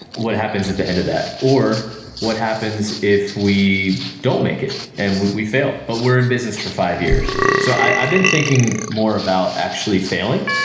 what happens at the end of that? or what happens if we don't make it and we we fail? but we're in business for five years so i've been thinking more about actually failing,